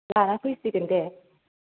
लाना फैसिगोन दे